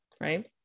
Right